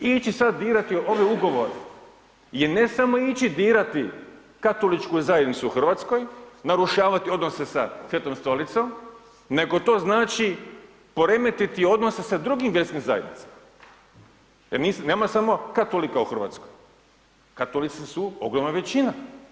Ići sad dirati ove ugovore je ne samo ići dirati katoličku zajednicu u Hrvatskoj, narušavati odnose sa Svetom Stolicom nego to znači poremetiti odnose sa drugim vjerskim zajednicama jer nema samo katolika u Hrvatskoj, katolici su ogromna većina.